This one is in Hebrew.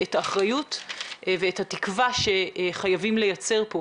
את האחריות ואת התקווה שחייבים לייצר כאן